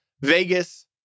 Vegas